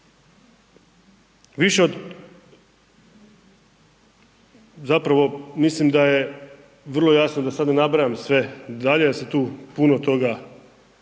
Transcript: Više od zapravo mislim da je vrlo jasno, da sada ne nabrajam sve dalje, jer se tu puno toga